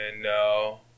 No